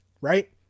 right